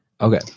okay